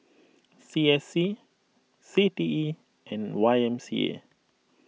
C S C C T E and Y M C A